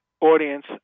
audience